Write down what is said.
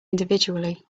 individually